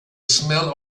smell